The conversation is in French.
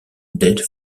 dead